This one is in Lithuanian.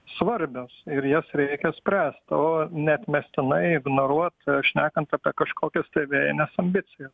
svarbios ir jas reikia spręst o neatmestinai ignoruot šnekant apie kažkokias tai vėjines ambicijas